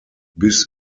bis